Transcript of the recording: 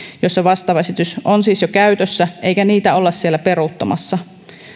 joissa vastaava esitys on siis jo käytössä eikä niitä olla siellä peruuttamassa